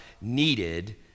needed